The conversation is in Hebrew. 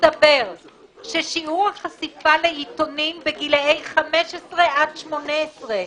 מסתבר ששיעור החשיפה לעיתונים בגילאי 15 עד 18,